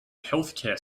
healthcare